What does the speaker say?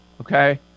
Okay